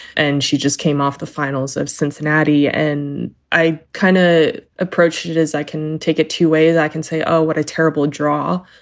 and she just came off the finals of cincinnati and i kind of approached it as i can take it two ways. i can say, oh, what a terrible draw.